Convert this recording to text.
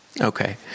Okay